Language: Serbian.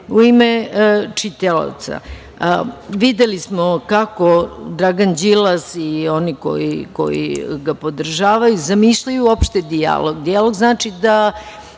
u ime čitaoca. Videli smo kako Dragan Đilas i oni koji ga podržavaju zamišljaju uopšte dijalog.